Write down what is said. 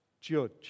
judge